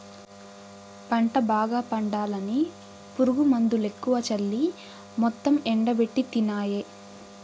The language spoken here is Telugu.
పంట బాగా పండాలని పురుగుమందులెక్కువ చల్లి మొత్తం ఎండబెట్టితినాయే